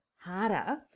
harder